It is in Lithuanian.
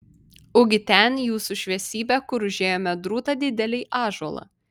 ugi ten jūsų šviesybe kur užėjome drūtą didelį ąžuolą